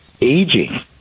aging